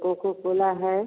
cocoa Cola है